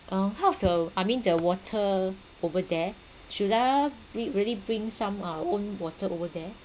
uh how's the I mean the water over there should I re~ really bring some uh own water over there